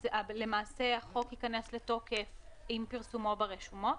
למעשה, החוק ייכנס לתוקף עם פרסומו ברשומות.